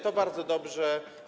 To bardzo dobrze.